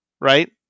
right